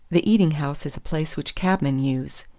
the eating-house is a place which cabmen use,